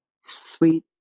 sweet